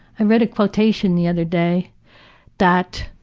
i read a quotation the other day that